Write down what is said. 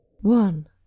one